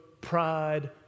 pride